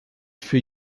für